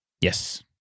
Yes